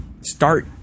start